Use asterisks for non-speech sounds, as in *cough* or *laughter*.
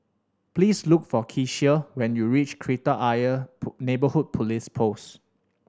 please look for Kecia when you reach Kreta Ayer *unintelligible* Neighbourhood Police Post